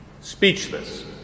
speechless